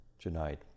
tonight